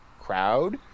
crowd